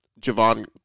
Javon